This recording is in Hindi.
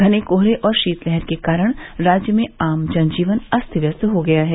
घने कोहरे और शीतलहर के कारण राज्य में आम जनजीवन अस्त व्यस्त हो गया है